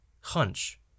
hunch